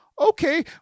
okay